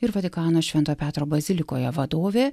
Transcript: ir vatikano šventojo petro bazilikoje vadovė